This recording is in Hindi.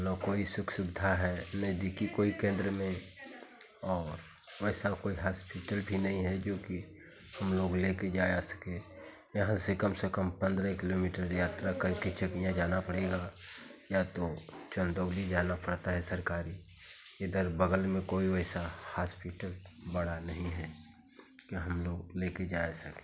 ना कोई सुख सुविधा है नज़दीकी कोई केन्द्र में और वैसा कोई हास्पिटल भी नहीं है जोकि हम लोग लेकर जा आ सके यहाँ से कम से कम पन्द्रेह किलोमीटर यात्रा करके चकिया जाना पड़ेगा या तो चंदौली जाना पड़ता है सरकारी इधर बग़ल में कोई वैसा हास्पिटल बड़ा नहीं है कि हम लोग लेकर जा सकें